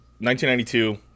1992